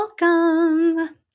welcome